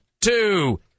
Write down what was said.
two